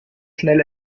schnell